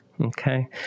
Okay